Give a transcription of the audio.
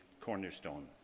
cornerstone